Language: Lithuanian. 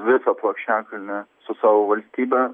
visą plokščiakalnį su savo valstybe